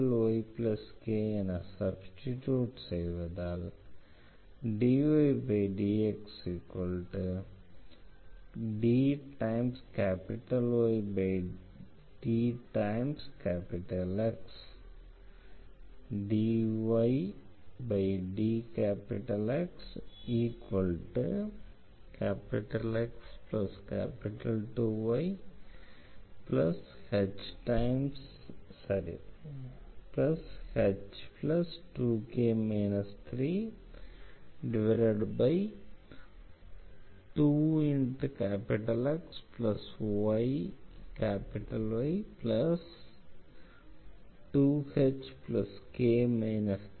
xXhyYk என substitute செய்வதால் dydxdYdX dYdXX2Yh2K 32XY2hK 3 ஆகிறது